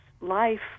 life